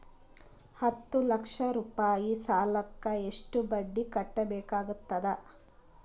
ಹತ್ತ ಲಕ್ಷ ರೂಪಾಯಿ ಸಾಲಕ್ಕ ಎಷ್ಟ ಬಡ್ಡಿ ಕಟ್ಟಬೇಕಾಗತದ?